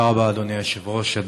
תודה רבה, אדוני היושב-ראש.